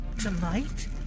tonight